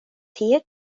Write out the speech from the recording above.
tie